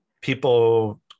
people